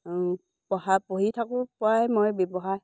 পঢ়া পঢ়ি থাকো পৰাই মই ব্যৱসায়